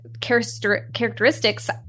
characteristics